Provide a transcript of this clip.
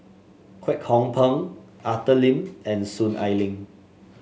Kwek Hong Png Arthur Lim and Soon Ai Ling